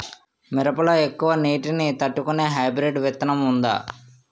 మిరప లో ఎక్కువ నీటి ని తట్టుకునే హైబ్రిడ్ విత్తనం వుందా?